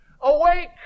awake